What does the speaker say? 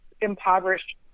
impoverished